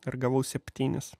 ir gavau septynis